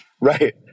right